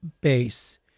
base